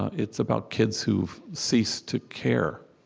it's about kids who've ceased to care.